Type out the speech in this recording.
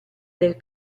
del